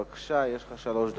בבקשה, יש לך שלוש דקות.